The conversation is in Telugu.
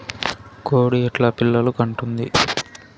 కోడి ఎట్లా పిల్లలు కంటుంది?